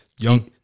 young